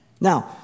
Now